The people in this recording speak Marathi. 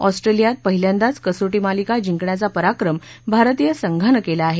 ऑस्ट्रेलियात पहिल्यांदाच कसोटी मालिका जिंकण्याचा पराक्रम भारतीय संघानं केला आहे